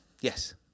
Yes